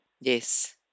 Yes